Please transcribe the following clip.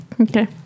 okay